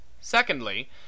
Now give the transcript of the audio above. Secondly